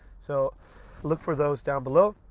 so look for those down below.